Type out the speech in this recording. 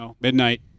midnight